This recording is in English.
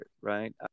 right